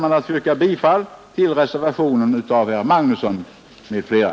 Jag ber att få yrka bifall till reservationen av herr Magnusson i Borås m.fl.